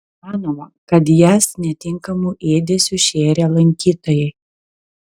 manoma kad jas netinkamu ėdesiu šėrė lankytojai